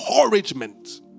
encouragement